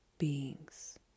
beings